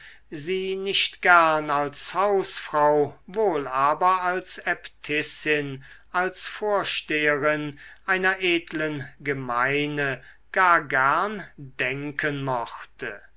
sie nicht gern als hausfrau wohl aber als äbtissin als vorsteherin einer edlen gemeine gar gern denken mochte